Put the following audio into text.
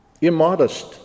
immodest